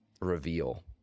reveal